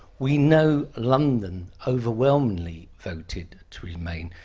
we know london overwhelmingly voted to remain.